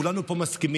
כולנו פה מסכימים,